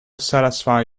satisfy